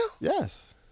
Yes